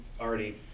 already